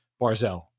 Barzell